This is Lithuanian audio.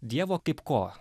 dievo kaip ko